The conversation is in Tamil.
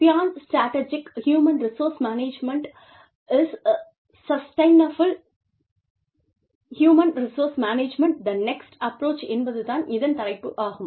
beyond strategic human resource management is sustainable human resource management the next approach என்பது தான் இதன் தலைப்பு ஆகும்